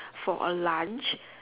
for a lunch